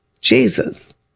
Jesus